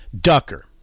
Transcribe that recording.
Ducker